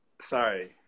sorry